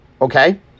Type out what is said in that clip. okay